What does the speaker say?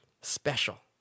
special